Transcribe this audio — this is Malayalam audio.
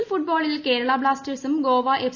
എൽ ഫുട്ബോളിൽ കേരള ബ്ലാസ്റ്റേഴ്സും ഗോവ എഫ്